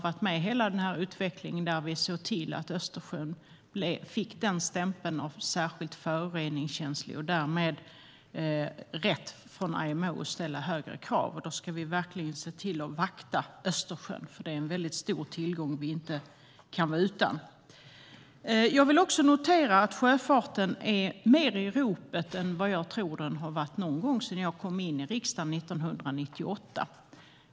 Jag har upplevt utvecklingen där vi såg till att Östersjön fick stämpeln som särskilt föroreningskänsligt vatten. Därmed fick man rätt från IMO att ställa högre krav. Därför ska vi verkligen se till att vakta Östersjön. Den är en väldigt stor tillgång som vi inte kan vara utan. Jag noterar också att sjöfarten är mer i ropet än vad jag tror att den har varit någon gång sedan jag kom in i riksdagen 1998.